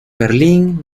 berlín